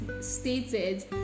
stated